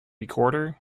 recorder